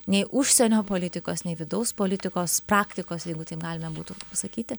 nei užsienio politikos nei vidaus politikos praktikos jeigu taip galime būtų pasakyti